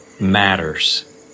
matters